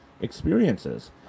experiences